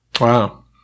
Wow